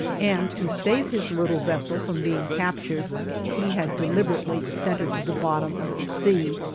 and to save his little vessel from being captured he had deliberately sent her to the bottom of the sea,